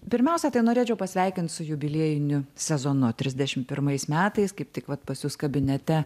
pirmiausia tai norėčiau pasveikint su jubiliejiniu sezonu trisdešim pirmais metais kaip tik vat pas jus kabinete